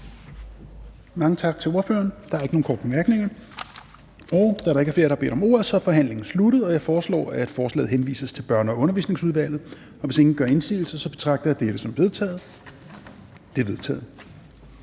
Mange tak til ordføreren. Der er nogen korte bemærkninger. Da der ikke er flere, der har bedt om ordet, er forhandlingen sluttet. Jeg foreslår, at forslaget til folketingsbeslutning henvises til Børne- og Undervisningsudvalget. Hvis ingen gør indsigelse, betragter jeg dette som vedtaget. Det er vedtaget.